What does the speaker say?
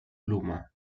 pluma